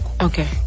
okay